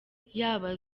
yaba